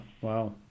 Wow